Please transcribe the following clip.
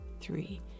three